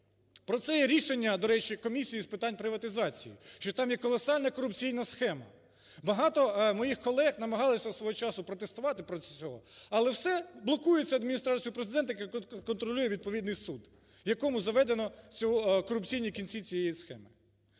Про це є рішення, до речі, Комісії з питань приватизації, що там є колосальна корупційна схема. Багато моїх колег намагалися свого часу протестувати проти всього, але все блокується Адміністрацією Президента, яка контролює відповідний суд, в якому заведено корупційні кінці цієї схеми.